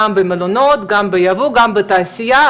גם במלונות וגם ביבוא וגם בתעשייה,